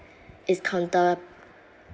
is counter